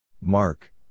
Mark